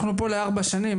אנחנו פה לארבע שנים.